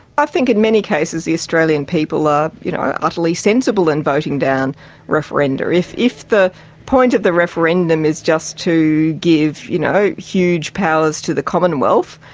i think in many cases the australian people ah you know are utterly sensible in voting down referenda. if if the point of the referendum is just to give you know huge powers to the commonwealth,